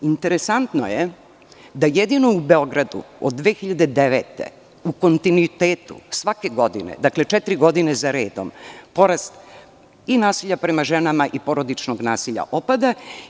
Interesantno je da jedino u Beogradu od 2009. godine u kontinuitetu svake godine, dakle četiri godine za redom, porast i nasilje prema ženama i porodičnog nasilja opada.